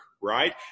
right